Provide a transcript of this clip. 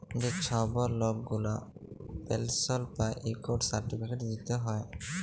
যে ছব লক গুলা পেলশল পায় ইকট সার্টিফিকেট দিতে হ্যয়